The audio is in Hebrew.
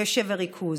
קשב וריכוז,